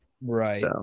right